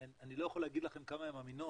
אני לא יכול להגיד לכם כמה הן אמינות,